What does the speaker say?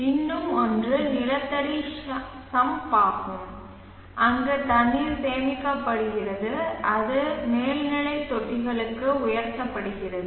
இன்னும் ஒன்று நிலத்தடி சம்ப் ஆகும் அங்கு தண்ணீர் சேமிக்கப்படுகிறது அது மேல்நிலை தொட்டிகளுக்கு உயர்த்தப்படுகிறது